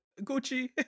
Gucci